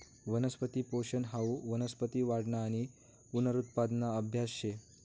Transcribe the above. वनस्पती पोषन हाऊ वनस्पती वाढना आणि पुनरुत्पादना आभ्यास शे